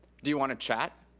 do you wanna chat?